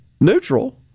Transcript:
neutral